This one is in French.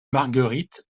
margueritte